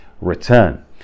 return